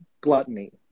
gluttony